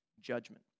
judgment